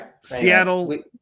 Seattle